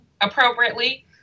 appropriately